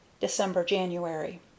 December-January